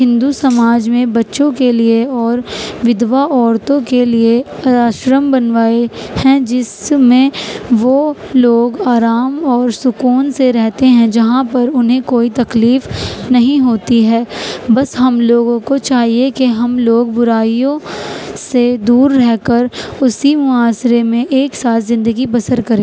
ہندو سماج میں بچّوں کے لیے اور ودھوا عورتوں کے لیے آشرم بنوائے ہیں جس میں وہ لوگ آرام اور سکون سے رہتے ہیں جہاں پر انہیں کوئی تکلیف نہیں ہوتی ہے بس ہم لوگوں کو چاہیے کہ ہم لوگ برائیوں سے دور رہ کر اسی معاشرے میں ایک ساتھ زندگی بسر کریں